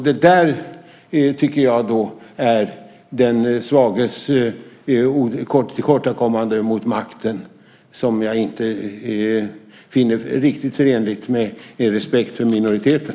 Det är den svages tillkortakommande mot makten som jag inte finner riktigt förenligt med en respekt för minoriteten.